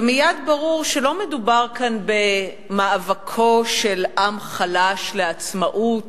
ומייד ברור שלא מדובר כאן במאבקו של עם חלש לעצמאות,